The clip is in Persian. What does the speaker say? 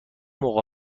موقع